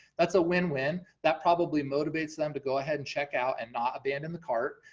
that's a win win, that probably motivates them to go ahead and check out and not abandon the cart,